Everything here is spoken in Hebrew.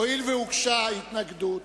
הואיל והוגשה התנגדות